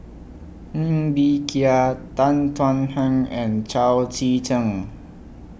Ng Bee Kia Tan Thuan Heng and Chao Tzee Cheng